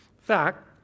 fact